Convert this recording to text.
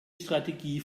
strategie